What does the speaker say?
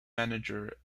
manager